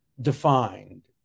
defined